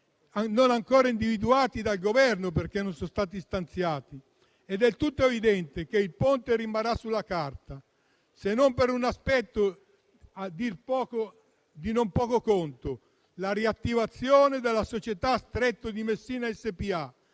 non ancora individuati dal Governo, perché non sono stati stanziati. È del tutto evidente che il Ponte rimarrà sulla carta, se non altro per un aspetto di non poco conto: la riattivazione della società Stretto di Messina SpA,